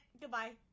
Goodbye